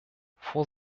vor